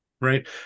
right